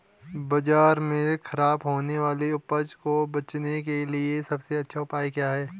बाजार में खराब होने वाली उपज को बेचने के लिए सबसे अच्छा उपाय क्या हैं?